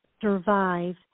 survive